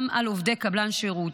גם על עובדי קבלן שירות.